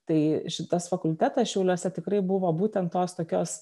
tai šitas fakultetas šiauliuose tikrai buvo būtent tos tokios